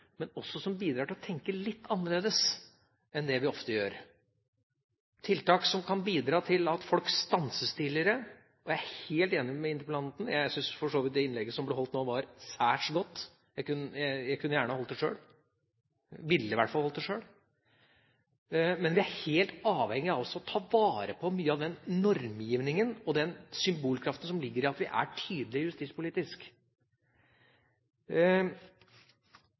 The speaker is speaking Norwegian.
men som også bidrar til å tenke litt annerledes enn det vi ofte gjør, tiltak som kan bidra til at folk stanses tidligere. Jeg er helt enig med interpellanten, jeg syns for så vidt det innlegget som ble holdt nå, var særs godt, jeg kunne gjerne holdt det sjøl – ville i hvert fall holdt det sjøl. Men vi er helt avhengige av å ta vare på mye av den normgivningen og den symbolkraften som ligger i at vi er tydelige justispolitisk.